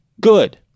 good